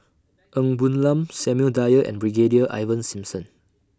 Ng Woon Lam Samuel Dyer and Brigadier Ivan Simson